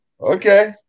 Okay